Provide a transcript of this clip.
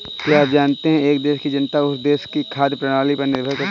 क्या आप जानते है एक देश की जनता उस देश की खाद्य प्रणाली पर निर्भर करती है?